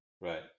Right